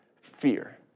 Fear